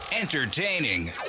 Entertaining